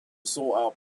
sole